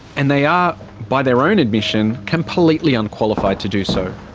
and they are, by their own admission, completely unqualified to do so.